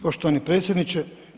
Poštovani predsjedniče.